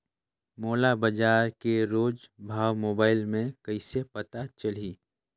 मोला बजार के रोज भाव मोबाइल मे कइसे पता चलही?